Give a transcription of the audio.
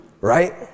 Right